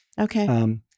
Okay